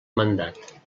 mandat